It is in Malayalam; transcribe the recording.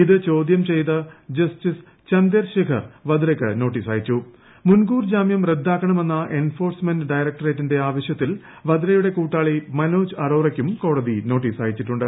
ഇത് ചോദ്യം ചെയ്ത് ജസ്റ്റിസ് ചന്ദേർ ശേഖർ വദ്രയ്ക്ക് നോട്ടീസ് അയച്ചുർമുൻകൂർ ജാമ്യം റദ്ദാക്കണമെന്ന എൻഫോഴ്സ്മെന്റ് ഡയ്ക്ക്ട്ട്ട്ട്ട്റിന്റെ ആവശ്യത്തിൽ വദ്രയുടെ കൂട്ടാളി മനോജ് അറോറയ്ക്കും കോടതി നോട്ടീസ് അയച്ചിട്ടുണ്ട്